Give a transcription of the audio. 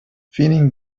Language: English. feeling